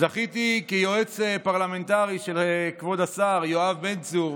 זכיתי כיועץ פרלמנטרי של כבוד השר יואב בן צור,